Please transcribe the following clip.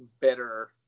better